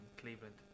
cleveland